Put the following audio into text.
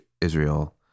Israel